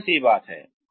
साधारण बात है